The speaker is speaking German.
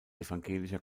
evangelischer